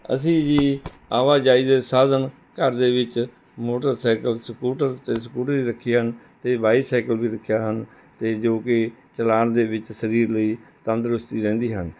ਅਸੀਂ ਜੀ ਆਵਾਜਾਈ ਦੇ ਸਾਧਨ ਘਰ ਦੇ ਵਿੱਚ ਮੋਟਰਸਾਈਕਲ ਸਕੂਟਰ ਅਤੇ ਸਕੂਟਰੀ ਰੱਖੇ ਹਨ ਅਤੇ ਬਾਇਸਾਈਕਲ ਵੀ ਰੱਖਿਆ ਹਨ ਅਤੇ ਜੋ ਕਿ ਚਲਾਉਣ ਦੇ ਵਿੱਚ ਸਰੀਰ ਲਈ ਤੰਦਰੁਸਤੀ ਰਹਿੰਦੀ ਹਨ